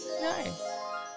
No